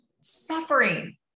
suffering